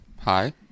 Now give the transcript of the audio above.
Hi